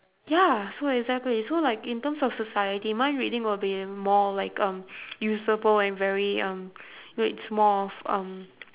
ya so exactly so like in terms of society mind reading will be more like um usable and very um it's more of um